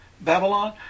Babylon